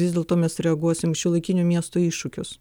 vis dėlto mes reaguosim į šiuolaikinių miestų iššūkius